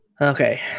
Okay